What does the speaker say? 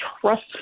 trust